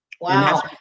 Wow